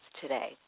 today